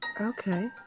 okay